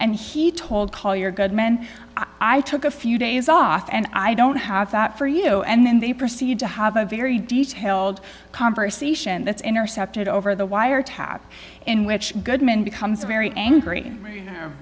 and he told collier good men i took a few days off and i don't have that for you and then they proceed to have a very detailed conversation that's intercepted over the wiretap in which goodman becomes very angry